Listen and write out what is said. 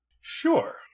Sure